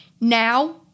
Now